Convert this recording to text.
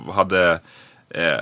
hade